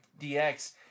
DX